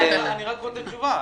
אני רק רוצה תשובה.